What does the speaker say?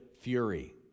fury